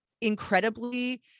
incredibly